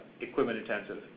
equipment-intensive